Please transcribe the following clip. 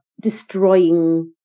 destroying